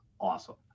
awesome